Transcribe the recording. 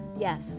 Yes